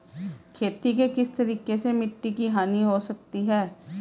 खेती के किस तरीके से मिट्टी की हानि हो सकती है?